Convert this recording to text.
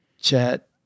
Chat